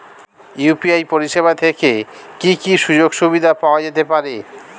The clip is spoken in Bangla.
ইউ.পি.আই পরিষেবা থেকে কি কি সুযোগ সুবিধা পাওয়া যেতে পারে?